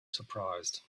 surprised